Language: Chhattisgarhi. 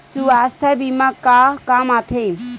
सुवास्थ बीमा का काम आ थे?